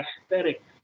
aesthetic